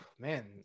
Man